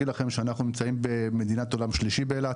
לכם שאנחנו נמצאים במדינת עולם שלישי באילת.